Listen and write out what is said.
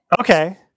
Okay